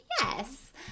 Yes